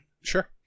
Sure